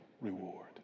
reward